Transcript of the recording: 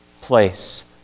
place